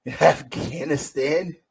afghanistan